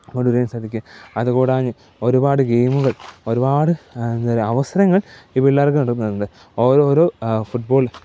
കൊണ്ടുവരികയും സാധിക്കും അത് കൂടാഞ്ഞ് ഒരുപാട് ഗേയ്മുകൾ ഒരുപാട് എന്താ അവസരങ്ങൾ ഈ പിള്ളേർക്ക് കിട്ടുന്നുണ്ട് ഓരോരോ ഫുട്ബോൾ